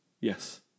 Yes